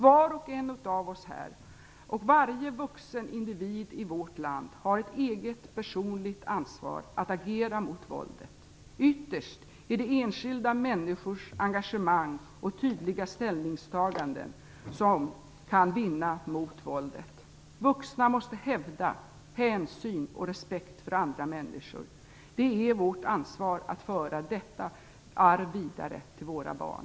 Var och en av oss här och varje vuxen individ i vårt land har ett eget personligt ansvar att agera mot våldet. Ytterst är det enskilda människors engagemang och tydliga ställningstaganden som kan vinna mot våldet. Vuxna måste hävda hänsyn och respekt för andra människor. Det är vårt ansvar att föra detta arv vidare till våra barn.